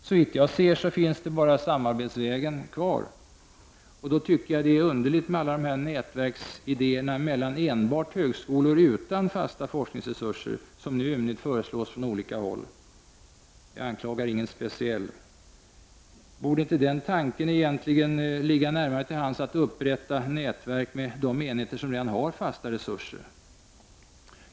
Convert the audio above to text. Såvitt jag ser finns bara samarbetsvägen kvar, och då är det underligt med alla dessa idéer om nätverk mellan enbart högskolor utan fasta forskningsresurser, som nu föreslås ymnigt från olika håll — jag anklagar inte någon speciell. Borde inte den tanken ligga närmare till hands, att nätverk skall upprättas med de enheter som redan har fasta resurser?